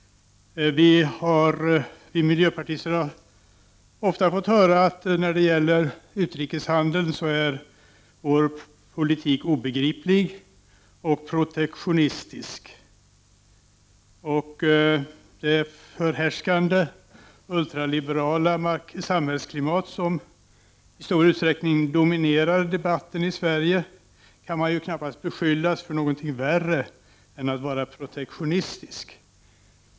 Vi miljöpartister har ibland fått höra att vår politik när det gäller utrikeshandeln är obegriplig och protektionistisk. I det förhärskande ultraliberala samhällsklimat som i stor utsträckning dominerar debatten i Sverige kan man knappast beskyllas för någon värre synd än att vara protektionistisk.